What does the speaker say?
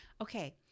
Okay